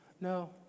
No